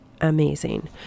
amazing